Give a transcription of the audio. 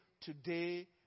today